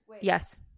yes